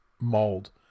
mold